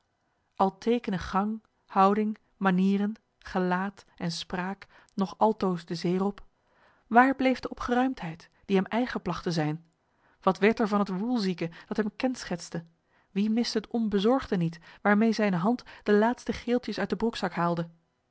al teekenen gang houding manieren gelaat en spraak nog altoos den zeerob waar bleef de opgeruimdheid die hem eigen plagt te zijn wat werd er van het woelzieke dat hem kenschetste wie mist het onbezorgde niet waarmeê zijne hand de laatste geeltjes uit den broekzak haalde